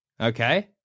Okay